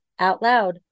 OUTLOUD